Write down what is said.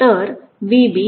बरोबर